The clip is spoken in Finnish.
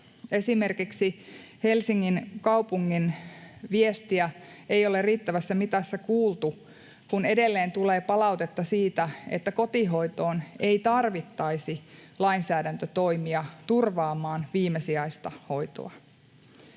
esimerkiksi Helsingin kaupungin viestiä ei ole riittävässä mitassa kuultu, kun edelleen tulee palautetta siitä, että kotihoitoon ei tarvittaisi lainsäädäntötoimia turvaamaan viimesijaista hoitoa.